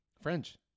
French